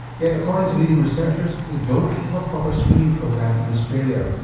yet according to leading researchers we don't have a proper screening program in australia.